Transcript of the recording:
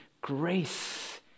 grace